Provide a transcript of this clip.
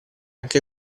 anche